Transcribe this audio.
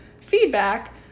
feedback